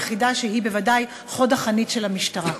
יחידה שהיא בוודאי חוד החנית של המשטרה.